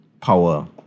power